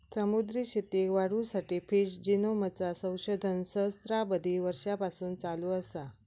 समुद्री शेतीक वाढवुसाठी फिश जिनोमचा संशोधन सहस्त्राबधी वर्षांपासून चालू असा